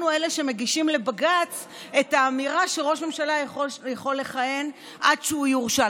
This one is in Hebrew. אנחנו אלה שמגישים לבג"ץ את האמירה שראש ממשלה יכול לכהן עד שהוא יורשע,